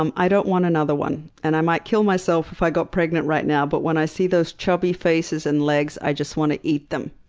um i don't want another one, and i might kill myself if i got pregnant right now. but when i see those chubby faces and legs, i just want to eat them.